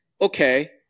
okay